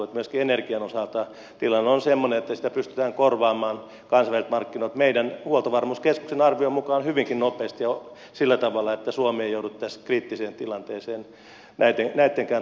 myöskin energian osalta tilanne on sellainen että sitä pystytään korvaamaan kansainvälisiltä markkinoilta meidän huoltovarmuuskeskuksen arvion mukaan hyvinkin nopeasti sillä tavalla että suomi ei joudu tässä kriittiseen tilanteeseen näittenkään tuotteitten osalta